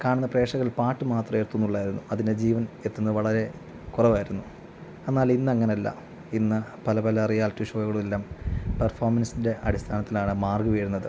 കാണുന്ന പ്രേക്ഷകരിൽ പാട്ട് മാത്രമേ എത്തുന്നുള്ളായിരുന്നു അതിൻ്റെ ജീവൻ എത്തുന്നത് വളരെ കുറവായിരുന്നു എന്നാൽ ഇന്നങ്ങനല്ല ഇന്ന് പലപല റിയാലിറ്റി ഷോകളെല്ലാം പെർഫോമൻസിൻ്റെ അടിസ്ഥാനത്തിലാണ് മാർക്ക് വീഴുന്നത്